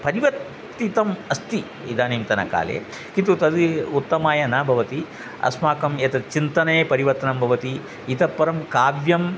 परिवर्तितम् अस्ति इदानीन्तन काले किन्तु तद् उत्तमाय न भवति अस्माकं यत् चिन्तने परिवर्तनं भवति इतः परं काव्यम्